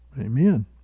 Amen